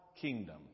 Kingdom